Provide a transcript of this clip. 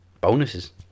Bonuses